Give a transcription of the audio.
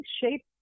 shape